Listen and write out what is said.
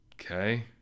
okay